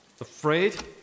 Afraid